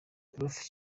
prof